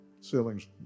ceilings